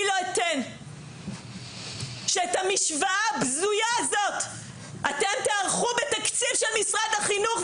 אני לא אתן שאת המשוואה הבזויה הזאת אתם תיערכו בתקציב של משרד החינוך,